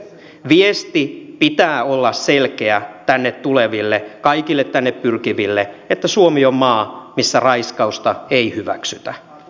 viestin pitää olla selkeä tänne tuleville kaikille tänne pyrkiville että suomi on maa missä raiskausta ei hyväksytä